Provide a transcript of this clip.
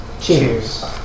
Cheers